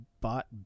bought